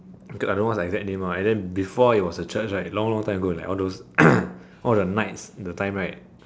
okay I don't know what's the exact name lah and then before it was a church right long long time ago like all those all the knights the time right